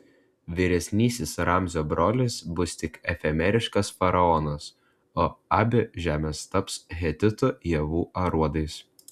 vyresnysis ramzio brolis bus tik efemeriškas faraonas o abi žemės taps hetitų javų aruodais